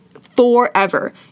forever